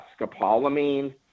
scopolamine